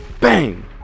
Bang